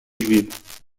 juives